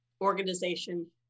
organization